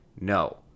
no